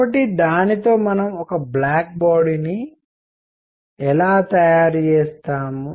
కాబట్టి దానితో మనము ఒక బ్లాక్ బాడీ ని ఎలా తయారు చేస్తాము